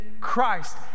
Christ